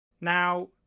Now